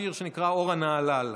שיר שנקרא "הורה נהלל".